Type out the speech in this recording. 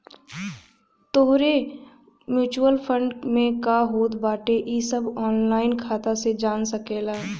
तोहरे mutual fund में का होत बाटे इ सब तू ऑनलाइन खाता से जान सकेला